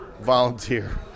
volunteer